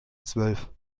zwölf